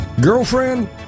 Girlfriend